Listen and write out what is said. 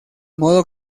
modo